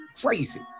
crazy